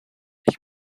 ich